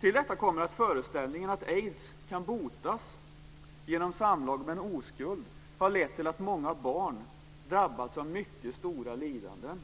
Till detta kommer att föreställningen att aids kan botas genom samlag med en oskuld har lett till att många barn har drabbats av mycket stora lidanden.